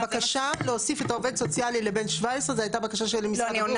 הבקשה להוסיף את העובד הסוציאלי לבן 17 זו הייתה בקשה של משרד הבריאות.